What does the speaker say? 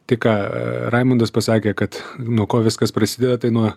tik ką raimundas pasakė kad nuo ko viskas prasideda tai nuo